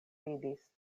vidis